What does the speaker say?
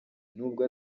nubwo